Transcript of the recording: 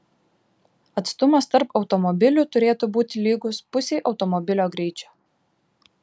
atstumas tarp automobilių turėtų būti lygus pusei automobilio greičio